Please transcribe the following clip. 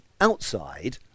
outside